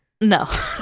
No